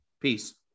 peace